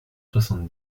soixante